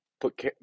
put